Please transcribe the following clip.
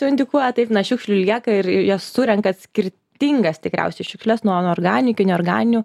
jau indikuoja taip na šiukšlių lieka ir jas surenkat skirtingas tikriausiai šiukšles nuo nuo organinių iki neorganinių